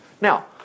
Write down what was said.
Now